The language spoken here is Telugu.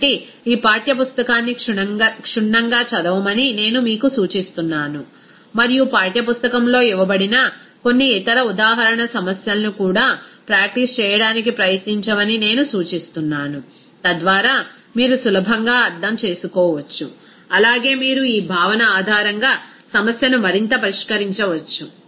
కాబట్టి ఈ పాఠ్యపుస్తకాన్ని క్షుణ్ణంగా చదవమని నేను మీకు సూచిస్తున్నాను మరియు పాఠ్యపుస్తకంలో ఇవ్వబడిన కొన్ని ఇతర ఉదాహరణ సమస్యలను కూడా ప్రాక్టీస్ చేయడానికి ప్రయత్నించమని నేను సూచిస్తున్నాను తద్వారా మీరు సులభంగా అర్థం చేసుకోవచ్చు అలాగే మీరు ఈ భావన ఆధారంగా సమస్యను మరింత పరిష్కరించవచ్చు